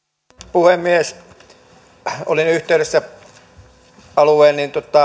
puhemies olin yhteydessä alueen